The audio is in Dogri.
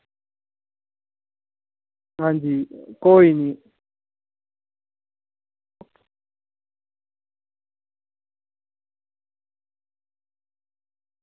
आं जी कोई निं